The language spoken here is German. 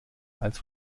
als